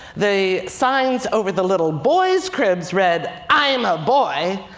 the signs over the little boys cribs read, i'm a boy,